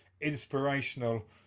inspirational